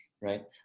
right